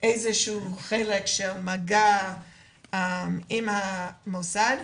איזה שהוא חלק של מגע עם המוסד,